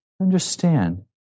Understand